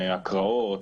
הקראות,